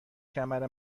کمر